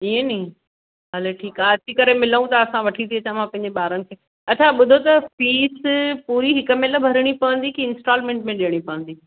इयनि हले ठीकु आहे अची करे मिलूं था असां वठी थी अचां मां पंहिंजे ॿारनि खे अच्छा ॿुधो त फीस पूरी हिकु माहिल ई भरिणी पवंदी की इंस्टालमेंट में ॾेअणी पवंदी